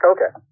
Okay